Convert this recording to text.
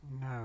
no